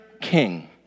king